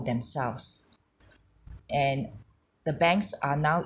themselves and the banks are now